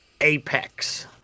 apex